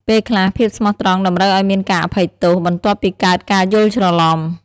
ពេលខ្លះ ភាពស្មោះត្រង់តម្រូវឱ្យមានការអភ័យទោស បន្ទាប់ពីកើតការយល់ច្រឡំ។